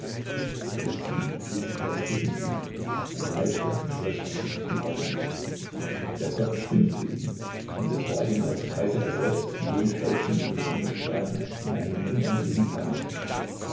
ließ sich in das kissen sinken erbleichte und schloß erschöpft die augen der kopf schwindelte ihm und es war ihm als kreise er selbst wie jene stäubchen in den sonnenstrahlen in einem unendlichen tanze